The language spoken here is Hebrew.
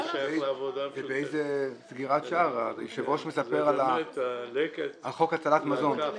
ובאיזה סגירת שער היושב-ראש מספר על חוק הצלת מזון.